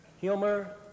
Humor